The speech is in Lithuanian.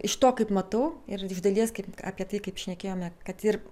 iš to kaip matau ir iš dalies kaip apie tai kaip šnekėjome kad ir